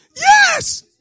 Yes